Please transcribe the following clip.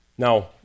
Now